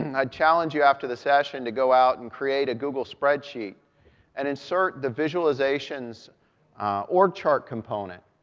and i challenge you after the session to go out and create a google spreadsheet and insert the visualizations org chart component,